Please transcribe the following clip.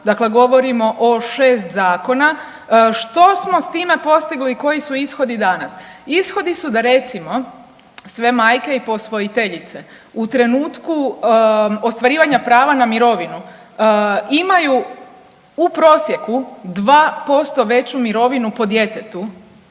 dakle govorimo o 6 zakona. Što smo s time postigli i koji su ishodi danas? Ishodi su da recimo sve majke i posvojiteljice u trenutku ostvarivanja prava na mirovinu imaju u prosjeku 2% veću mirovinu po djetetu